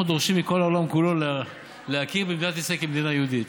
אנחנו דורשים מכל העולם כולו להכיר במדינת ישראל כמדינה יהודית,